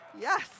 Yes